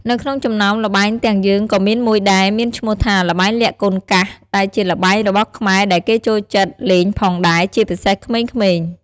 នៅក្នុងចំណោមល្បែងទាំងយើងក៏មានមួយដែលមានឈ្មោះថាល្បែងលាក់កូនកាសដែលជាល្បែងរបស់ខ្មែរដែលគេចូលចិត្តលេងផងដែរជាពិសេសក្មេងៗ។